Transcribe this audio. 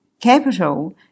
capital